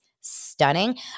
stunning